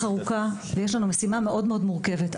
ויש לנו משימה מאוד מורכבת.